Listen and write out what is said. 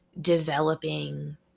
developing